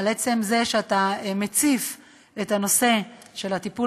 על עצם זה שאתה מציף את הנושא של הטיפול